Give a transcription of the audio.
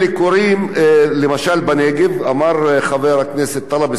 אמר חבר הכנסת טלב אלסאנע שזה באוכלוסייה הערבית,